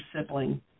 sibling